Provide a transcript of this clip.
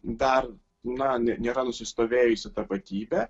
dar na nėra nusistovėjusi tapatybė